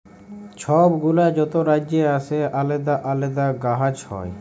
ছব গুলা যত রাজ্যে আসে আলেদা আলেদা গাহাচ হ্যয়